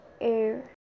air